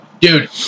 Dude